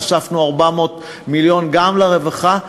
הוספנו 400 מיליון גם לרווחה.